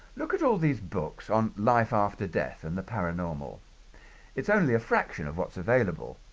look at all these books on life after death and the paranormal it's only a fraction of what's available,